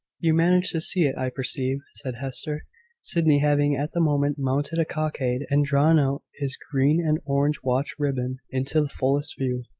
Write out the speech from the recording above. you managed to see it, i perceive, said hester sydney having at the moment mounted a cockade, and drawn out his green and orange watch-ribbon into the fullest view.